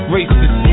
Racist